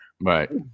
Right